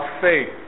faith